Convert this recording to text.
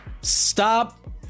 Stop